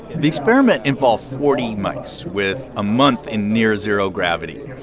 the experiment involved forty mice with a month in near-zero gravity.